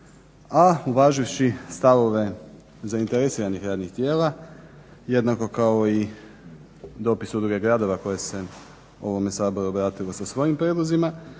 a uvažeći stavove zainteresiranih radnih tijela jednako kao i dopis udruge gradova koje se ovom Saboru obratilo sa svojim prijedlozima